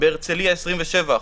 בהרצליה 27%,